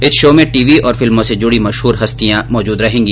इस शो में टीवी और फिल्मों से जुडी मशहूर हस्तियां मौजूद रहेंगी